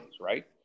right